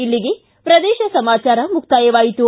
ಇಲ್ಲಿಗೆ ಪ್ರದೇಶ ಸಮಾಚಾರ ಮುಕ್ತಾಯವಾಯಿತು